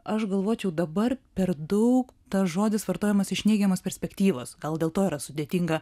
aš galvočiau dabar per daug tas žodis vartojamas iš neigiamos perspektyvos gal dėl to yra sudėtinga